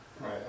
Right